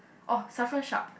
oh Shafran Shak